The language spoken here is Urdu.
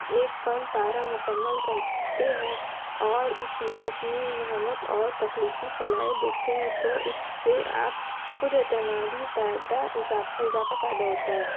ایک فن پارہ مکمل کرتے ہیں اور اس میں اپنی محنت اور تخلیقی صلاحیت دیکھتے ہیں تو اس سے آپ خود اعتمادی پیدا اضافہ اضافہ پیدا ہوتا ہے